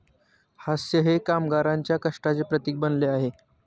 हास्य हे कामगारांच्या कष्टाचे प्रतीक बनले आहे